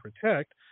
protect